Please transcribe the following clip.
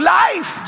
life